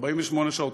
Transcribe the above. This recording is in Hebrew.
48 שעות.